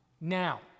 now